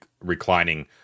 reclining